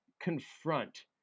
confront